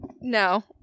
no